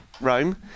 Rome